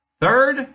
Third